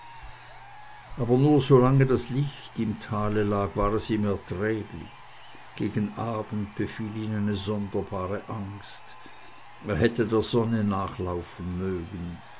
aber nur solange das licht im tale lag war es ihm erträglich gegen abend befiel ihn eine sonderbare angst er hätte der sonne nachlaufen mögen